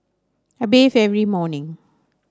I bathe every morning